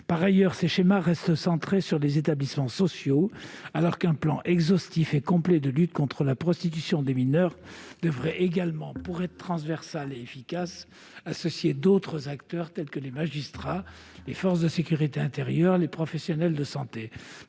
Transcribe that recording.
Par ailleurs, ces schémas restent centrés sur les établissements sociaux, alors qu'un plan exhaustif et complet de lutte contre la prostitution des mineurs devrait également, pour être transversal et efficace, associer d'autres acteurs tels que les magistrats, les forces de sécurité intérieure et les professionnels de santé.